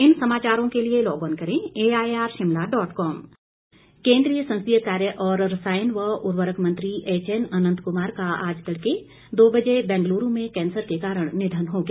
अनंत कुमार केन्द्रीय संसदीय कार्य और रसायन व उर्वरक मंत्री एचएन अनंत कुमार का आज तड़के दो बजे बेंगलुरू में कैंसर के कारण निधन हो गया